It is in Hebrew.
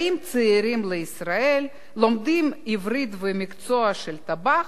באים צעירים לישראל, לומדים עברית ומקצוע של טבח,